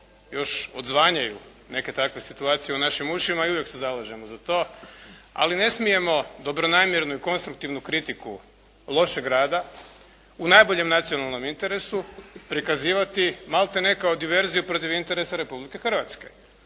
još odzvanjaju neke takve situacije u našim ušima i uvijek se zalažemo za to, ali ne smijemo dobronamjernu i konstruktivnu kritiku lošeg rada u najboljem nacionalnom interesu prikazivati malte ne kao diverziju protiv interesa Republike Hrvatske.